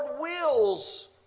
wills